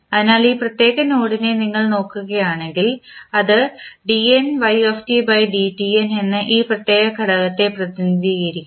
അതിനാൽ ഈ പ്രത്യേക നോഡിനെ നിങ്ങൾ നോക്കുകയാണെങ്കിൽ അത് എന്ന ഈ പ്രത്യേക ഘടകത്തെ പ്രതിനിധീകരിക്കുന്നു